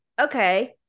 okay